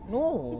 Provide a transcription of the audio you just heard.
no